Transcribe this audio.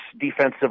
defensive